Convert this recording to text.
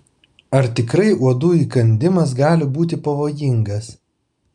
ar tikrai uodų įkandimas gali būti pavojingas